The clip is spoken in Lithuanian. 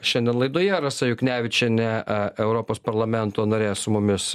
šiandien laidoje rasa juknevičienė europos parlamento narė su mumis